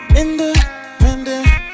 independent